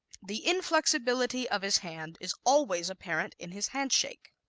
the inflexibility of his hand is always apparent in his handshake.